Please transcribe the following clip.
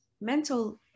mental